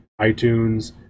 iTunes